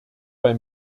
bei